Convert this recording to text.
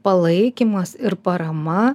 palaikymas ir parama